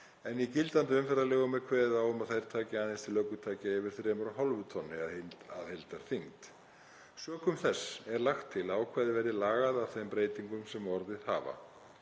en í gildandi umferðarlögum er kveðið á um að þær taki aðeins til ökutækja yfir 3,5 tonnum að heildarþyngd. Sökum þess er lagt til að ákvæðið verði lagað að þeim breytingum sem orðið hafa.